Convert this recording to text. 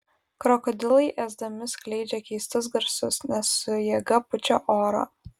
krokodilai ėsdami skleidžia keistus garsus nes su jėga pučia orą